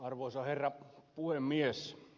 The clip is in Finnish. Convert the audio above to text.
arvoisa herra puhemies